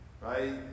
Right